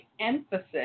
emphasis